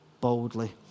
boldly